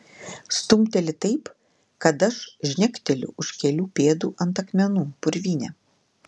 stumteli taip kad aš žnekteliu už kelių pėdų ant akmenų purvyne